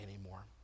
anymore